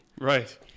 Right